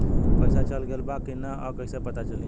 पइसा चल गेलऽ बा कि न और कइसे पता चलि?